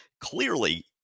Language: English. clearly